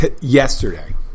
yesterday